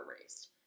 raised